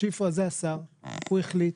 שפרה, זה השר, הוא החליט,